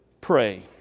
pray